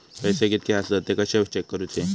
पैसे कीतके आसत ते कशे चेक करूचे?